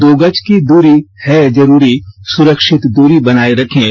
दो गज की दूरी है जरूरी सुरक्षित दूरी बनाए रखें